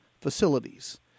facilities